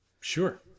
Sure